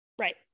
Right